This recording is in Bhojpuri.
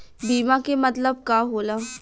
बीमा के मतलब का होला?